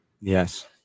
Yes